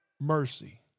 mercy